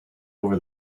over